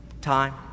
time